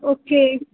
okay